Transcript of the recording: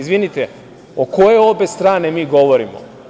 Izvinite, o koje obe strane mi govorimo?